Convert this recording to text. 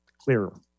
clearer